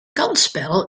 kansspel